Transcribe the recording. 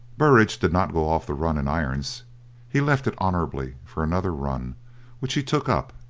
burridge did not go off the run in irons he left it honourably for another run which he took up,